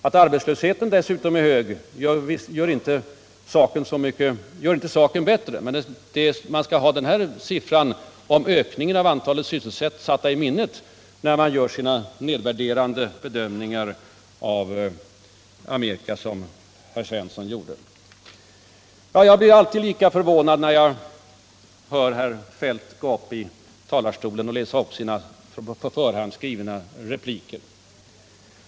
Att arbetslösheten ändå är hög skall inte bestridas, men man skall ha denna siffra för ökningen av antalet sysselsatta i minnet, när man gör sådana nedvärderande bedömningar om Amerika som herr Svensson här gjorde. Vidare vill jag säga att jag alltid blir lika förvånad när jag hör herr Feldt gå upp i talarstolen och läsa upp sina på förhand skrivna repliker.